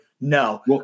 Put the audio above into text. no